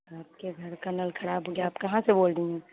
آپ کے گھر کا نل خراب ہو گیا ہے آپ کہاں سے بول رہی ہیں